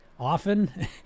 Often